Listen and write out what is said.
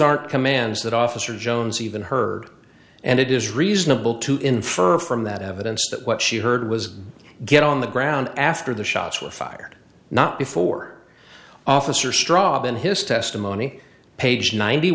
aren't commands that officer jones even heard and it is reasonable to infer from that evidence that what she heard was get on the ground after the shots were fired not before officer straw and his testimony page ninety